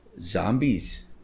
zombies